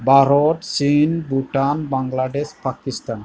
भारत चिन भुतान बांलादेश फाकिस्थान